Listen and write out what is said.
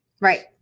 Right